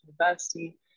University